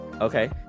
Okay